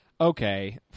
Okay